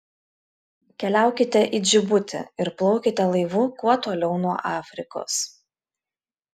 keliaukite į džibutį ir plaukite laivu kuo toliau nuo afrikos